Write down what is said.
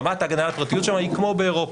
רמת ההגנה על הפרטיות שם היא כמו באירופה.